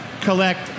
collect